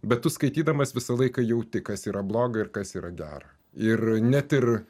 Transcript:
bet tu skaitydamas visą laiką jauti kas yra bloga ir kas yra gera ir net ir